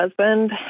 husband